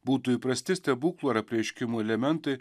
būtų įprasti stebuklų ar apreiškimų elementai